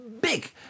big